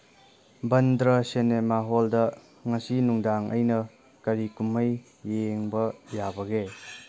Bandra cinema ꯍꯣꯜꯗ ꯉꯁꯤ ꯅꯨꯡꯗꯥꯡ ꯑꯩꯅ ꯀꯔꯤ ꯀꯨꯝꯍꯩ ꯌꯦꯡꯕ ꯌꯥꯕꯒꯦ